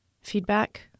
Feedback